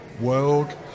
world